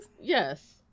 Yes